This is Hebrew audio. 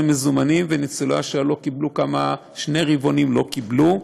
מזומנים וניצולי השואה שני רבעונים לא קיבלו.